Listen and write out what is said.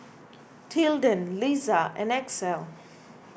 Tilden Liza and Axel